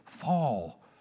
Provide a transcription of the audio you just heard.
fall